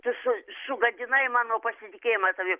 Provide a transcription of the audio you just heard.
tu su sugadinai mano pasitikėjimą tavim